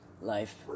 Life